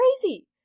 crazy